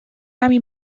کمی